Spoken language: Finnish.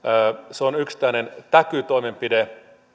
se on yksittäinen täkytoimenpide